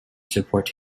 support